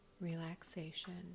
relaxation